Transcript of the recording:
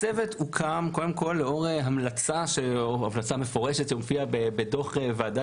הצוות הוקם לאור המלצה שהופיעה בדוח ועדת